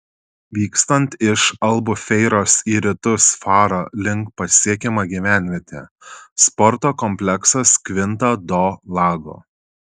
vykstant iš albufeiros į rytus faro link pasiekiama gyvenvietė sporto kompleksas kvinta do lago